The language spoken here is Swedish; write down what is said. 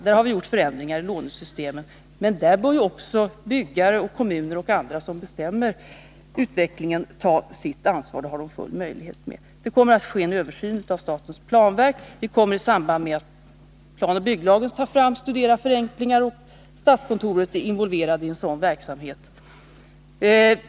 Där har vi gjort förändringar i lånesystemet, men byggare, kommuner och andra som bestämmer utvecklingen bör också ta sitt ansvar på den punkten, och det har de full möjlighet att göra. Vidare kommer det att ske en översyn av statens planverk. I samband med att planoch bygglagen tas fram kommer vi att studera förenklingar. Statskontoret är involverat i en sådan verksamhet.